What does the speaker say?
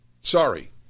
Sorry